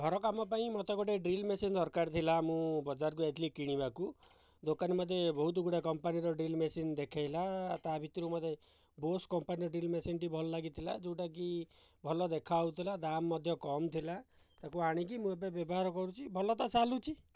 ଘର କାମ ପାଇଁ ମୋତେ ଗୋଟିଏ ଡ୍ରିଲ୍ ମେସିନ୍ ଦରକାର ଥିଲା ମୁଁ ବଜାରକୁ ଯାଇଥିଲି କିଣିବାକୁ ଦୋକାନୀ ମୋତେ ବହୁତଗୁଡ଼ିଏ କମ୍ପାନୀର ଡ୍ରିଲ୍ ମେସିନ୍ ଦେଖାଇଲା ତା' ଭିତରୁ ମୋତେ ବୋସ୍ କମ୍ପାନୀର ଡ୍ରିଲ୍ ମେସିନ୍ଟି ଭଲ ଲାଗିଥିଲା ଯେଉଁଟାକି ଭଲ ଦେଖାହେଉଥିଲା ଦାମ୍ ମଧ୍ୟ କମ୍ ଥିଲା ତାକୁ ଆଣିକି ମୁଁ ଏବେବ୍ୟବହାର କରୁଛି ଭଲ ତ ଚାଲୁଛି